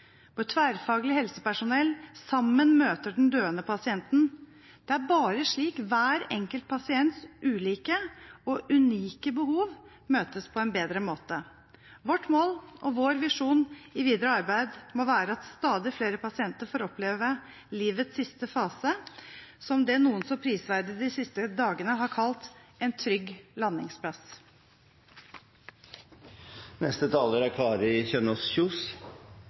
vår, varsles det nye tanker rundt hvordan helsepersonell i kommunene skal organiseres. Vi trenger mer teamarbeid, hvor tverrfaglig helsepersonell sammen møter den døende pasienten. Det er bare slik hver enkelt pasients ulike og unike behov møtes på en bedre måte. Vårt mål og vår visjon i videre arbeid må være at stadig flere pasienter får oppleve livets siste fase som det noen så prisverdig de siste dagene har kalt en